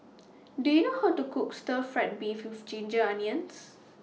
Do YOU know How to Cook Stir Fry Beef with Ginger Onions